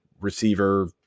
receiver